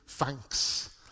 thanks